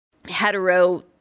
hetero